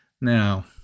Now